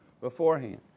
beforehand